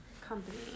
company